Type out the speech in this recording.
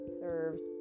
serves